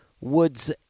Wood's